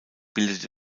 bildet